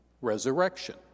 resurrection